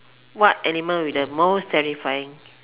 what animal will be the most terrifying